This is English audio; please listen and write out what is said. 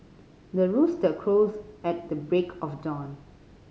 the rooster crows at the break of dawn